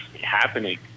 happening